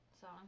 song